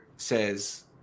says